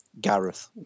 gareth